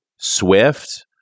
Swift